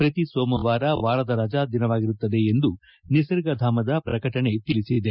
ಪ್ರತಿ ಸೋಮವಾರ ವಾರದ ರಜಾ ದಿನವಾಗಿರುತ್ತದೆ ಎಂದು ನಿಸರ್ಗಧಾಮದ ಪ್ರಕಟಣೆ ತಿಳಿಸಿದೆ